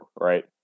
right